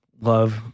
love